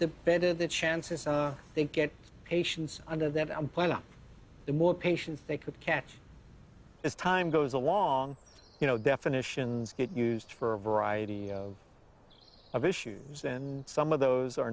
the better the chances they get patients under that umbrella the more patients they could catch as time goes along you know definitions get used for a variety of issues and some of those are